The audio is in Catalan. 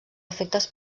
efectes